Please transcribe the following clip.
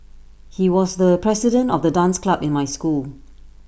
he was the president of the dance club in my school